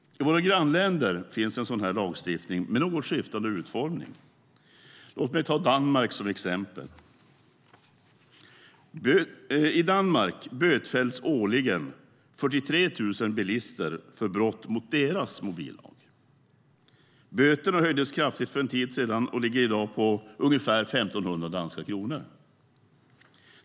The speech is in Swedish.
I våra grannländer finns sådan lagstiftning med något skiftande utformning. Låt mig ta Danmark som exempel. I Danmark bötfälls årligen 43 000 bilister för brott mot deras mobillag. Böterna höjdes kraftigt för en tid sedan och ligger i dag på ungefär 1 500 danska kronor.